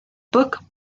book